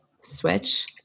switch